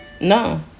No